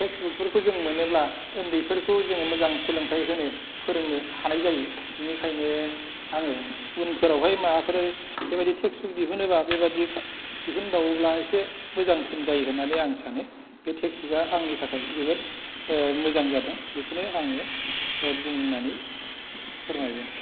textbook फोरखौ जों मोनोब्ला उन्दैफोरखौ जोङो मोजां सोलोंथाय होनो फोरोंनो हानाय जायो बेनिखायनो आङो उनफोरावहाय माबाफोर बेबादि टेक्सबुक दिहुनोबा बेबादि दिहुनबावोब्ला एसे मोजांसिन जायो होननानै आं सानो बे टेक्सबुक आ आंनि थाखाय जोबोद मोजां जादों बेखौनो आङो बुंनानै फोरमायबाय आरोखि